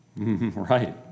Right